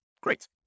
Great